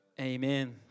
Amen